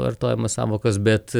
vartojamas sąvokas bet